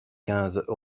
quinze